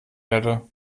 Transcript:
erde